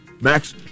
Max